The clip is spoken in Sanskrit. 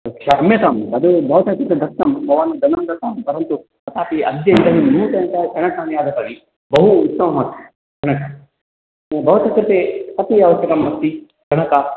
क्षम्यतां तद् भवतः कृते दत्तं भवान् धनं दत्तवान् परन्तु तथापि अद्य इदानीं नूतनतया चणकानि आगतानि बहु उत्तममस्ति चणक भवतः कृते कति अवश्यकं अस्ति चणक